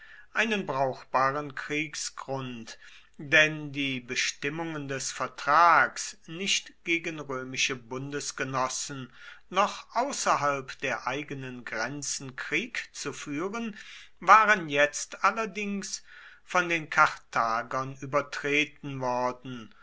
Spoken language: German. einen brauchbaren kriegsgrund denn die bestimmungen des vertrags nicht gegen römische bundesgenossen noch außerhalb der eigenen grenzen krieg zu führen waren jetzt allerdings von den karthagern übertreten worden